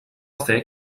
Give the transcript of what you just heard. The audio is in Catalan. fer